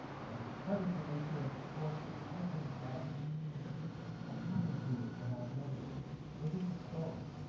and part of the nature of the course will be looking at what happened to it in our memories? where did it go?